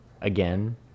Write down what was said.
again